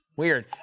Weird